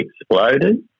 exploded